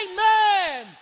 Amen